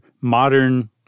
modern